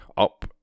up